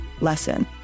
lesson